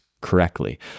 correctly